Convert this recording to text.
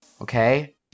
Okay